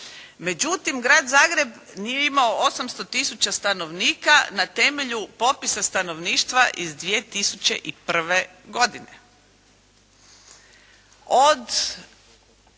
Međutim Grad Zagreb nije imao 800 tisuća stanovnika na temelju popisa stanovništva iz 2001. godine.